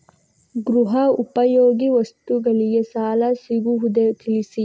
ಗೃಹ ಉಪಯೋಗಿ ವಸ್ತುಗಳಿಗೆ ಸಾಲ ಸಿಗುವುದೇ ತಿಳಿಸಿ?